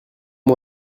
moi